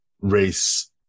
race